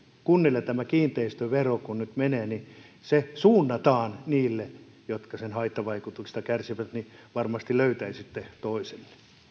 kunnille tämä kiinteistövero niin se suunnataan niille jotka sen haittavaikutuksista kärsivät niin varmasti löytäisitte toisenne